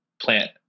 plant